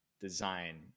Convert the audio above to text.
design